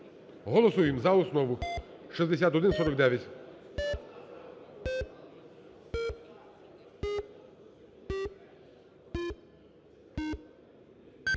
Голосуємо за основу 6149.